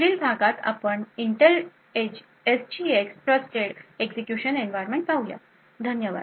पुढील भागात आपण Intel SGX trusted execution environment पाहुयात धन्यवाद